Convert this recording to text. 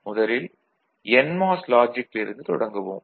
முதலில் என்மாஸ் லாஜிக்கில் இருந்து தொடங்குவோம்